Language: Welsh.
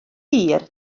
hir